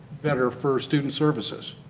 better for our student services.